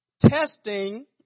Testing